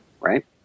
right